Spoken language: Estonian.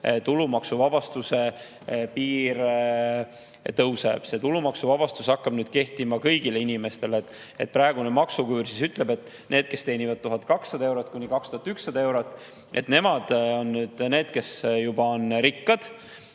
tulumaksuvabastuse piir tõuseb. See tulumaksuvabastus hakkab kehtima kõigile inimestele. Praegune maksuküür ütleb, et need, kes teenivad 1200 eurot kuni 2100 eurot, on juba rikkad